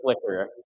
flicker